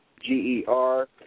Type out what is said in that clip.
G-E-R